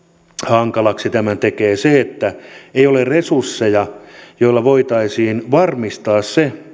hankalaksi tämän tekee se että ei ole resursseja joilla voitaisiin varmistaa se